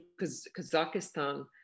Kazakhstan